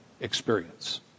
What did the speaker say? experience